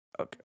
Okay